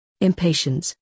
Impatience